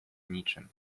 niczym